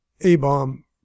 A-bomb